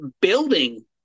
building